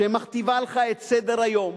שמכתיבה לך את סדר-היום,